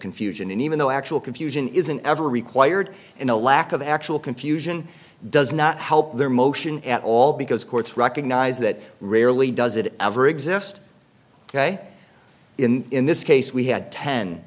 confusion even though actual confusion isn't ever required and a lack of actual confusion does not help their motion at all because courts recognize that rarely does it ever exist ok in this case we had ten